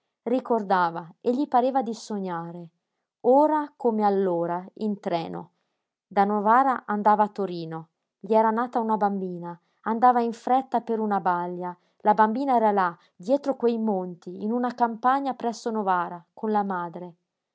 ricordava e gli pareva di sognare ora come allora in treno da novara andava a torino gli era nata una bambina andava in fretta per una balia la bambina era là dietro quei monti in una campagna presso novara con la madre